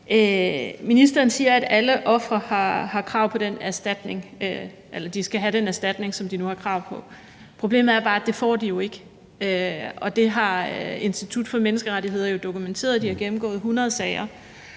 Ministeren siger, at alle ofre skal have den erstatning, som de nu har krav på. Problemet er bare, at det får de jo ikke, og det har Institut for Menneskerettigheder jo dokumenteret. De har gennemgået 100 sager,